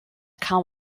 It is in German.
kam